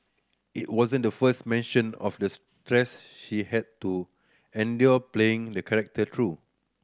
it wasn't the first mention of the stress she had to endure playing the character though